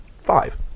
five